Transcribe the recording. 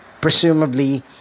presumably